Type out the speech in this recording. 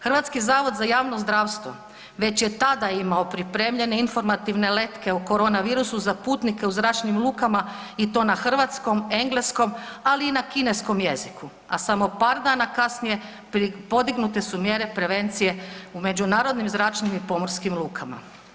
Hrvatski zavod za javno zdravstvo već je tada imao pripremljene informativne letke o corona virusu za putnike u zračnim lukama i to na hrvatskom, engleskom ali i na kineskom jeziku, a samo par dana kasnije podignute su mjere prevencije u međunarodnim zračnim i pomorskim lukama.